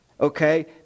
Okay